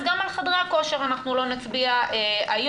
גם על חדרי הכושר אנחנו לא נצביע היום,